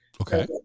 Okay